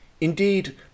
Indeed